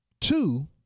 Two